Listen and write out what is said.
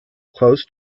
close